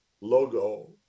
logo